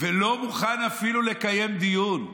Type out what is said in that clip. ולא מוכן אפילו לקיים דיון.